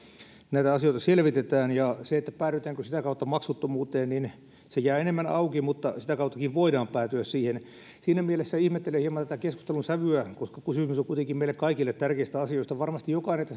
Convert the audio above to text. näitä asioita selvitetään ja se päädytäänkö sitä kautta maksuttomuuteen jää enemmän auki mutta sitäkin kautta voidaan päätyä siihen siinä mielessä ihmettelen hieman tätä keskustelun sävyä koska kysymys on kuitenkin meille kaikille tärkeistä asioista kun varmasti jokainen